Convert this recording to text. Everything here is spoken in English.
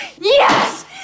Yes